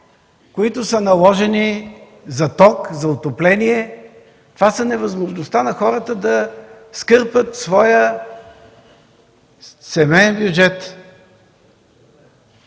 цени, наложени за ток, за отопление. Това е невъзможността на хората да скърпват своя семеен бюджет.